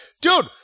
Dude